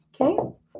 okay